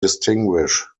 distinguish